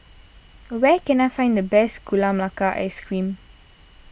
where can I find the best Gula Melaka Ice Cream